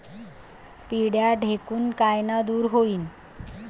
पिढ्या ढेकूण कायनं दूर होईन?